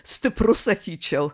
stiprus sakyčiau